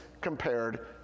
compared